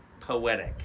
poetic